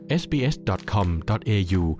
sbs.com.au